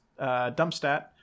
Dumpstat